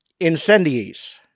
incendies